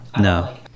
No